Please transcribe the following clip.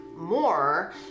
More